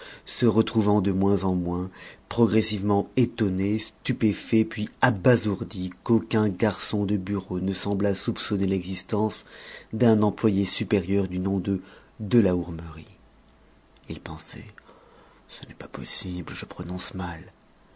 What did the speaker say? se retrouvant de moins en moins progressivement étonné stupéfait puis abasourdi qu'aucun garçon de bureau ne semblât soupçonner l'existence d'un employé supérieur du nom de de la hourmerie il pensait ce n'est pas possible je prononce mal